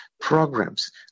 programs